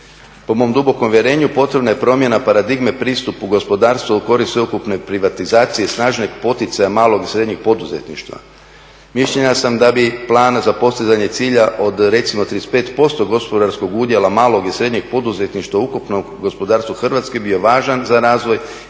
Po mom dubokom uvjerenju potrebna je promjena paradigme pristupu gospodarstvu u korist sveukupne privatizacije i snažnog poticaja malog i srednjeg poduzetništva. Mišljenja sam da bi plan za postizanje cilja od recimo 35% gospodarskog udjela malog i srednjeg poduzetništva u ukupnom gospodarstvu Hrvatske bio važan za razvoj